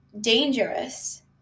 dangerous